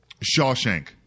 Shawshank